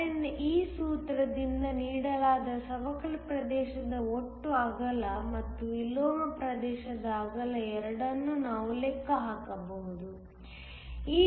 ಆದ್ದರಿಂದ ಈ ಸೂತ್ರದಿಂದ ನೀಡಲಾದ ಸವಕಳಿ ಪ್ರದೇಶದ ಒಟ್ಟು ಅಗಲ ಮತ್ತು ವಿಲೋಮ ಪ್ರದೇಶದ ಅಗಲ ಎರಡನ್ನೂ ನಾವು ಲೆಕ್ಕ ಹಾಕಬಹುದು